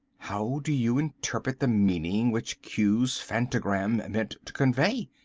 how do you interpret the meaning which q's phanogram meant to convey?